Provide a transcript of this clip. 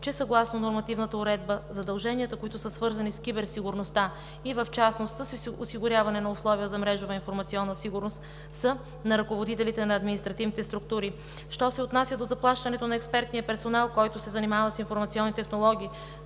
че съгласно нормативната уредба задълженията, които са свързани с киберсигурността и в частност с осигуряване на условия за мрежова информационна сигурност, са на ръководителите на административните структури. Що се отнася до заплащането на експертния персонал, който се занимава с информационни технологии,